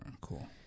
cool